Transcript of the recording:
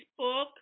Facebook